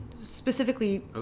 specifically